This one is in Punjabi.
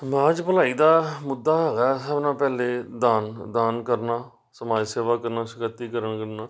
ਸਮਾਜ ਭਲਾਈ ਦਾ ਮੁੱਦਾ ਹੈਗਾ ਸਭ ਨਾ ਪਹਿਲੇ ਦਾਨ ਦਾਨ ਕਰਨਾ ਸਮਾਜ ਸੇਵਾ ਕਰਨਾ ਸਕੱਤੀਕਰਨ ਕਰਨਾ